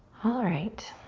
alright,